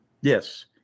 Yes